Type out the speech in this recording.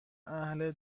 اهل